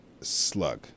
Slug